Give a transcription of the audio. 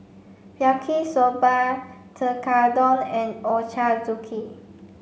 Yaki Soba Tekkadon and Ochazuke